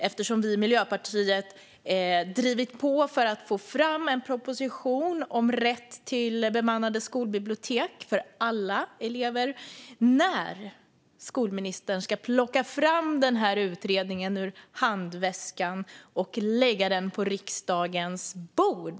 Eftersom vi i Miljöpartiet har drivit på för att få fram en proposition om rätt till bemannade skolbibliotek för alla elever undrar jag nyfiket när skolministern ska plocka fram utredningen ur handväskan och lägga den på riksdagens bord.